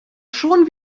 schon